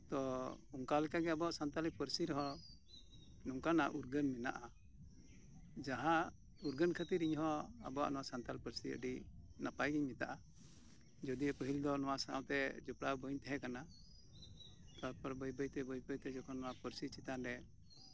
ᱛᱚ ᱚᱱᱠᱟᱞᱮᱠᱟ ᱜᱮ ᱟᱵᱚᱣᱟᱜ ᱥᱟᱱᱛᱟᱞᱤ ᱯᱟᱹᱨᱥᱤ ᱨᱮᱦᱚᱸ ᱚᱱᱠᱟᱱᱟᱜ ᱩᱨᱜᱟᱹᱱ ᱢᱮᱱᱟᱜᱼᱟ ᱡᱟᱦᱟᱸ ᱩᱨᱜᱟᱹᱱ ᱠᱷᱟᱹᱛᱤᱨ ᱤᱧ ᱦᱚᱸ ᱟᱵᱚᱣᱟᱜ ᱱᱚᱶᱟ ᱥᱟᱱᱛᱟᱞᱤ ᱯᱟᱹᱨᱥᱤ ᱟᱹᱰᱤ ᱱᱟᱯᱟᱭ ᱜᱤᱧ ᱢᱮᱛᱟᱜᱼᱟ ᱡᱩᱫᱤᱭᱳ ᱯᱟᱹᱦᱤᱞ ᱫᱚ ᱱᱚᱶᱟ ᱥᱟᱶᱛᱮ ᱡᱚᱯᱲᱟᱣ ᱵᱟᱹᱧ ᱛᱟᱦᱮᱸ ᱠᱟᱱᱟ ᱛᱟᱨᱯᱚᱨ ᱡᱚᱠᱷᱚᱱ ᱵᱟᱹᱭᱼᱵᱟᱹᱭ ᱛᱮ ᱱᱚᱶᱟ ᱯᱟᱹᱨᱥᱤ ᱪᱮᱛᱟᱱ ᱨᱮ